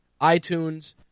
iTunes